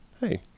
Hey